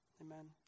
amen